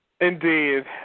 indeed